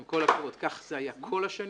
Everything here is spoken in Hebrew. עם כל הכבוד, ככה זה היה כל השנים